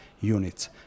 units